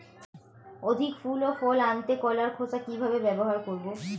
অধিক ফুল ও ফল আনতে কলার খোসা কিভাবে ব্যবহার করব?